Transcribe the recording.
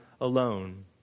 alone